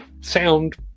sound